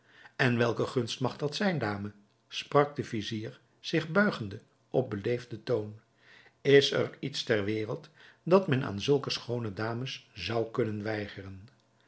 en welke gunst mag dat zijn dame sprak de vizier zich buigende op beleefden toon is er iets ter wereld dat men aan zulke schoone dames zou kunnen weigeren